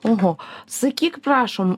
oho sakyk prašom